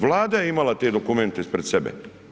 Vlada je imala te dokumente ispred sebe.